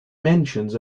mentions